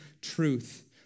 truth